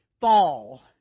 fall